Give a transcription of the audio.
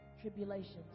tribulations